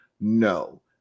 No